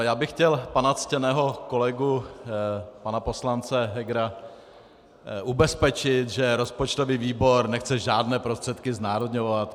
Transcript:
Já bych chtěl pana ctěného kolegu, pana poslance Hegera, ubezpečit, že rozpočtový výbor nechce žádné prostředky znárodňovat.